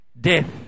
death